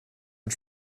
und